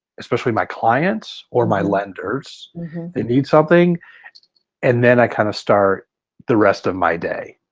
especially my clients or my lenders that need something and then i kind of start the rest of my day.